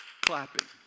clapping